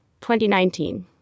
2019